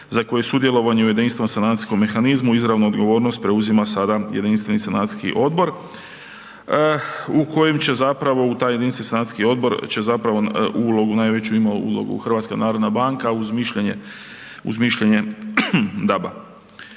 za koje sudjelovanje u jedinstvenom sanacijskom mehanizmu, izravnu odgovornost preuzima sada jedinstveni sanacijski odbor u kojem će zapravo u taj jedinstveni sanacijski odbor će zapravo ulogu najveću ima, ulogu HNB uz mišljenje DAB-a.